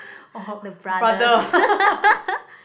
the brothers